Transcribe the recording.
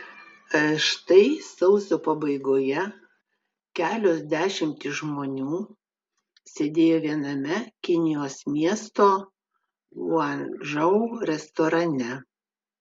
štai sausio pabaigoje kelios dešimtys žmonių sėdėjo viename kinijos miesto guangdžou restorane